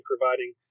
providing